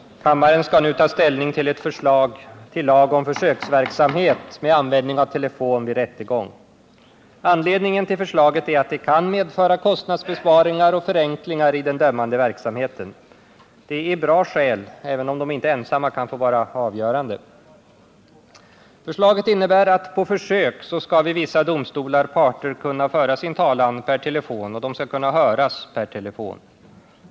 Herr talman! Kammaren skall nu ta ställning till ett förslag till lag om försöksverksamhet med användning av telefon vid rättegång. Anledningen till förslaget är att ett sådant förfarande kan medföra kostnadsbesparingar och förenklingar i den dömande verksamheten. Det är bra skäl även om de inte ensamma kan få vara avgörande. Förslaget innebär att på försök skall vid vissa domstolar parter kunna föra sin talan per telefon, och de skall kunna höras per telefon.